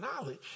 knowledge